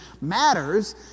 matters